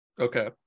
Okay